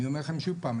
אני אומר לכם שוב פעם,